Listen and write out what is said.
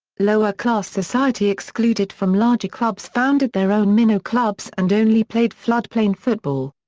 lower-class society excluded from larger clubs founded their own minnow clubs and only played floodplain football.